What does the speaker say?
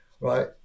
right